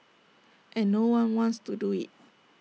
and no one wants to do IT